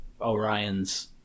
Orion's